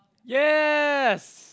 yes